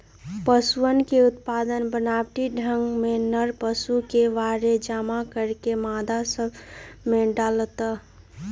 पशुअन के उत्पादन के बनावटी ढंग में नर पशु के वीर्य जमा करके मादा सब में डाल्ल